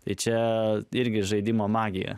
tai čia irgi žaidimo magija